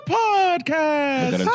podcast